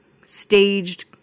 staged